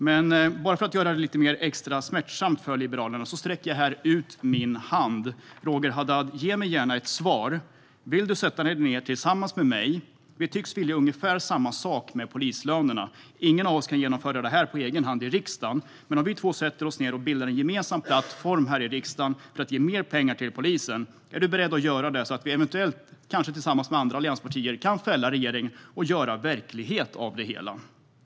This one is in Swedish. För att göra det lite extra smärtsamt för Liberalerna sträcker jag ut min hand. Roger Haddad! Ge mig gärna ett svar! Vill du sätta dig ned tillsammans med mig? Vi tycks vilja ungefär samma sak med polislönerna. Ingen av oss kan genomföra det här på egen hand i riksdagen. Men om vi två sätter oss ned och bildar en gemensam plattform här i riksdagen för att ge mer pengar till polisen kan vi eventuellt tillsammans med andra allianspartier fälla regeringen och göra verklighet av det hela. Är du beredd att göra det?